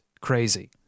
crazy